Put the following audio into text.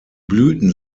blüten